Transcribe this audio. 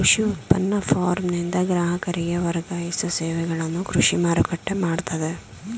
ಕೃಷಿ ಉತ್ಪನ್ನವನ್ನ ಫಾರ್ಮ್ನಿಂದ ಗ್ರಾಹಕರಿಗೆ ವರ್ಗಾಯಿಸೋ ಸೇವೆಗಳನ್ನು ಕೃಷಿ ಮಾರುಕಟ್ಟೆ ಮಾಡ್ತದೆ